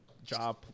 job